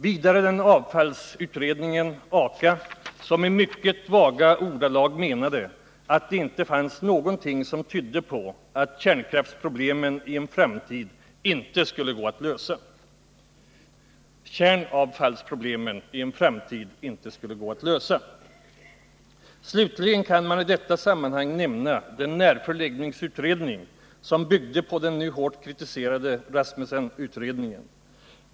Vidare kan nämnas den avfallsutredning — Aka-utredningen — som i mycket vaga ordalag menade att det inte fanns någonting som tydde på att kärnavfallsproblemen i en framtid inte skulle gå att lösa. Slutligen kan man i detta sammanhang nämna den närförläggningsutredning som byggde på den nu hårt kritiserade Rasmussenutredningen.